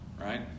right